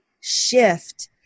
shift